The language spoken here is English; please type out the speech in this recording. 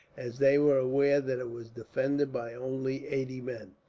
as they were aware that it was defended by only eighty men.